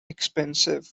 expensive